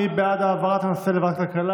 מי בעד העברת הנושא לוועדת הכלכלה?